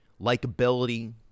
likability